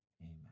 Amen